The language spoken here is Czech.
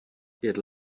pět